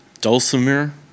dulcimer